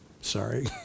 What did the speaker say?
sorry